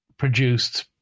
Produced